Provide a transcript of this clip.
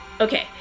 okay